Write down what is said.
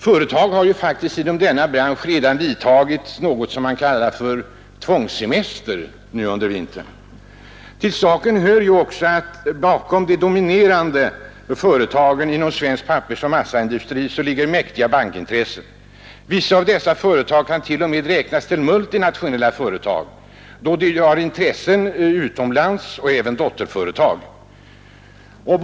Företag inom denna bransch har faktiskt under vintern redan genomfört något som kallas för tvångssemester. Till saken hör också att bakom de dominerande företagen inom svensk pappersoch massaindustri ligger mäktiga bankintressen. Vissa av dessa företag kan dessutom räknas till de s.k. multinationella företagen, då de har både förgreningar och dotterföretag utomlands.